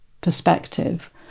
perspective